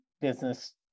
business